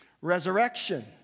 Resurrection